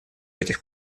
этих